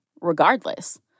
regardless